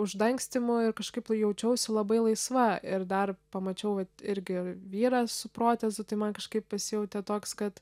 uždangstymų ir kažkaip tai jaučiausi labai laisva ir dar pamačiau vat irgi vyrą su protezu tai man kažkaip pasijautė toks kad